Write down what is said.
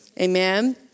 Amen